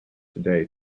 today